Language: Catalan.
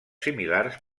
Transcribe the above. similars